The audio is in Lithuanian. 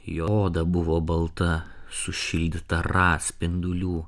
jo oda buvo balta sušildyta ra spindulių